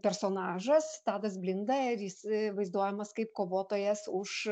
personažas tadas blinda ir jis vaizduojamas kaip kovotojas už